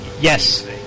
Yes